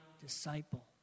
disciple